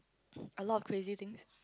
a lot of crazy things